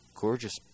gorgeous